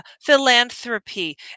philanthropy